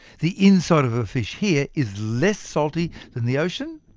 the inside of a fish here is less salty than the ocean.